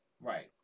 Right